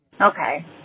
Okay